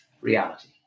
reality